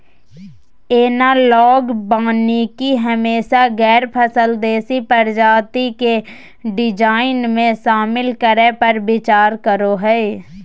analogue वानिकी हमेशा गैर फसल देशी प्रजाति के डिजाइन में, शामिल करै पर विचार करो हइ